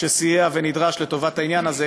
שסייע ונדרש לטובת העניין הזה,